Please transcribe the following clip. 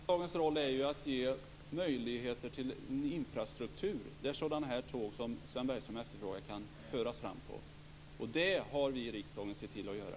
Fru talman! Riksdagens roll är ju att ge möjligheter till en infrastruktur där sådana tåg som Sven Bergström efterfrågar kan framföras. Detta har vi i riksdagen sett till att göra.